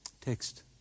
text